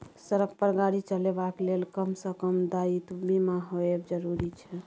सड़क पर गाड़ी चलेबाक लेल कम सँ कम दायित्व बीमा होएब जरुरी छै